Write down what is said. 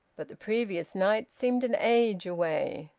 but the previous night seemed an age away.